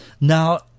Now